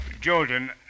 Jordan